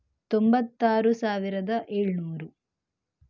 ತೊಂಬತ್ತಾರು ಸಾವಿರದ ಏಳುನೂರು